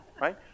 Right